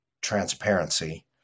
transparency